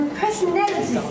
personality